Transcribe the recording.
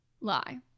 lie